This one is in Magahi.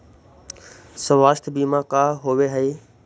स्वास्थ्य बीमा का होव हइ?